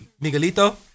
Miguelito